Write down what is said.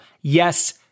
yes